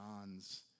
John's